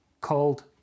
called